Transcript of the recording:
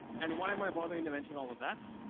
and why am i bothering to mention all of that?